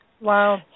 Wow